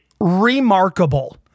remarkable